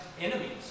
enemies